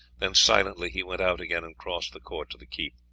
then silently he went out again and crossed the court to the keep.